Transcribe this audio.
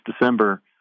December—